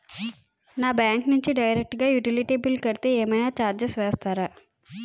నా బ్యాంక్ నుంచి డైరెక్ట్ గా యుటిలిటీ బిల్ కడితే ఏమైనా చార్జెస్ వేస్తారా?